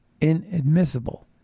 inadmissible